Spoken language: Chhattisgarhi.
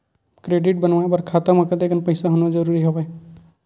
क्रेडिट बनवाय बर खाता म कतेकन पईसा होना जरूरी हवय?